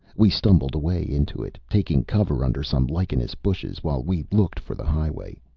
we stumbled away into it, taking cover under some lichenous bushes, while we looked for the highway.